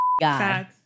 God